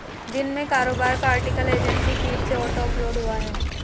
दिन में कारोबार का आर्टिकल एजेंसी फीड से ऑटो अपलोड हुआ है